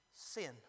Sin